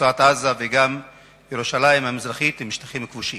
ברצועת-עזה וגם בירושלים המזרחית הם שטחים כבושים.